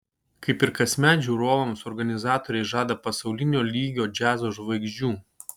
kaip ir kasmet žiūrovams organizatoriai žada pasaulinio lygio džiazo žvaigždžių